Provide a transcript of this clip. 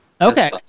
Okay